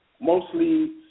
mostly